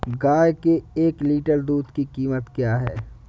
गाय के एक लीटर दूध की कीमत क्या है?